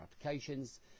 applications